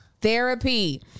Therapy